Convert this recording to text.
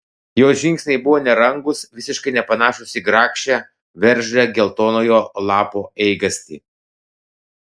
jos žingsniai buvo nerangūs visiškai nepanašūs į grakščią veržlią geltonojo lapo eigastį